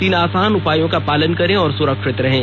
तीन आसान उपायों का पालन करें और सुरक्षित रहें